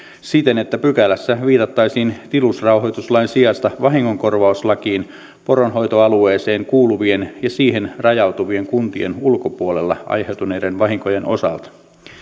siten että pykälässä viitattaisiin tilusrauhoituslain sijasta vahingonkorvauslakiin poronhoitoalueeseen kuuluvien ja siihen rajautuvien kuntien ulkopuolella aiheutuneiden vahinkojen osalta